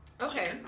okay